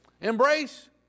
embrace